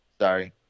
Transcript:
Sorry